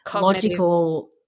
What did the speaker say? logical